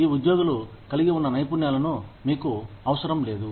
ఈ ఉద్యోగులు కలిగి ఉన్న నైపుణ్యాలు మీకు అవసరం లేదు